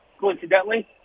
coincidentally